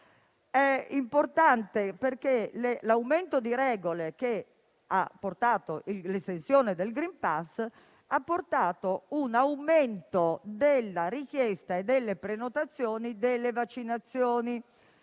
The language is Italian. di passo, perché l'aumento di regole che ha portato l'estensione del *green pass* ha comportato un aumento della richiesta e delle prenotazioni delle vaccinazioni.